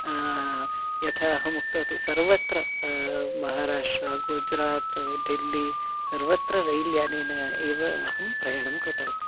यथा अहम् उक्तवती सर्वत्र महाराष्ट्रा गुजरात् दिल्ली सर्वत्र रैल्यानेन एव अहं प्रयाणं कृतवती